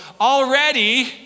already